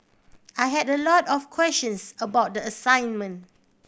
I had a lot of questions about the assignment